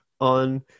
on